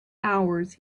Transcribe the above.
hours